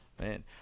Man